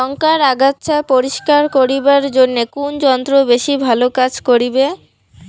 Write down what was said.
লংকার আগাছা পরিস্কার করিবার জইন্যে কুন যন্ত্র বেশি ভালো কাজ করিবে?